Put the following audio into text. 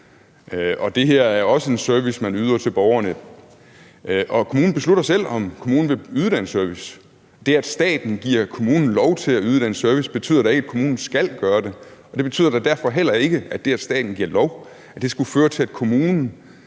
det her er også en service, man yder til borgerne, og kommunen beslutter selv, om kommunen vil yde den service. Det, at staten giver kommunen lov til at yde den service, betyder da ikke, at kommunen skal gøre det, og det betyder da derfor heller ikke, at det skulle føre til, at kommunerne